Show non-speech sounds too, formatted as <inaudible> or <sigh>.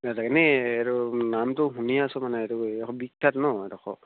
<unintelligible> এনেই এইটো নামটো শুনি আছোঁ মানে এইটো এইখ বিখ্যাত নহ্ এইডোখৰ